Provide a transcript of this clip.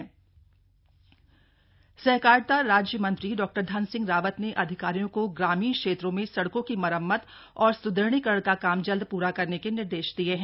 PM GSY समीक्षा सहकारिता राज्य मंत्री डॉ धन सिंह रावत ने अधिकारियों को ग्रामीण क्षेत्रों में सड़कों की मरम्मत और स्दृढ़ीकरण का काम जल्द पूरा करने के निर्देश दिये हैं